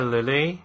Lily